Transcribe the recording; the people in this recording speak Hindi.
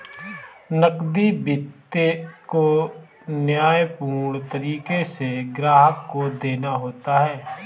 नकदी वित्त को न्यायपूर्ण तरीके से ग्राहक को देना होता है